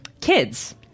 Kids